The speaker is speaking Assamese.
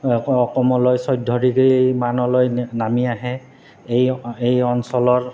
কমলৈ চৈধ্য ডিগ্ৰীমানলৈ নামি আহে এই এই অঞ্চলৰ